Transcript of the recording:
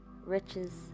riches